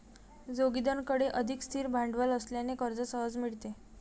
जोगिंदरकडे अधिक स्थिर भांडवल असल्याने कर्ज सहज मिळते